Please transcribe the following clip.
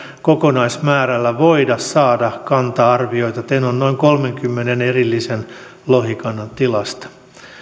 kokonaismäärällä voida saada kanta arvioita tenon noin kolmenkymmenen erillisen lohikannan tilasta